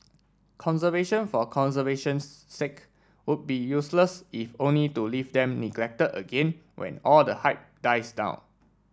conservation for conservation's sake would be useless if only to leave them neglected again when all the hype dies down